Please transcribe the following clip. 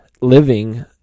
living